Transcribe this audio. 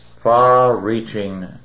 far-reaching